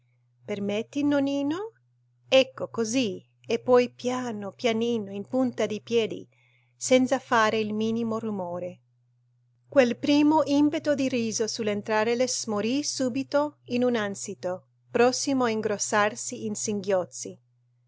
permetti nonnino ecco così e poi pian pianino in punta di piedi senza fare il minimo rumore quel primo impeto di riso sull'entrare le smorì subito in un ansito prossimo a ingrossarsi in singhiozzi